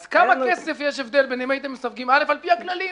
אז כמה כסף יש הבדל בין אם הייתם מסווגים א' על פי הכללים,